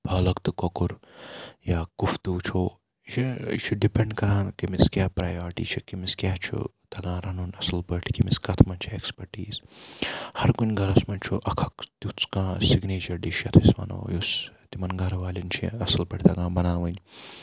پالک تہٕ کۄکُر یا کُفتہٕ وٕچھو یہِ چھُ ڈِپینٛڈ کَران کٔمِس کیاہ پرٛایارِٹی چھ کٔمِس کیاہ چھُ تَگان رَنُن اَصٕل پٲٹھۍ کٔمِس کَتھ منٛز چھِ ایکٕسپٲرٹیٖز ہَر کُنہِ گَرَس منٛز چھُ اَکھ اَکھ تِیُتھ کانٛہہ سِگنیچر ڈِش یَتھ أسۍ وَنو یُس یِمن گَرٕ والین چھِ اَصٕل پٲٹھۍ تَگان بَناوٕنۍ